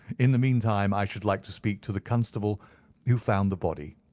in the meantime i should like to speak to the constable who found the body.